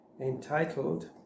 entitled